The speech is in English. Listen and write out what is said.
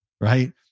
Right